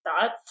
thoughts